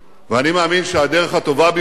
ואני מאמין שהדרך הטובה ביותר